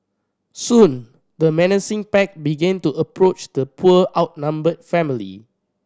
soon the menacing pack began to approach the poor outnumbered family